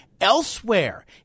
elsewhere